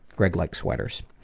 greg likes sweaters.